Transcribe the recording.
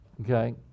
okay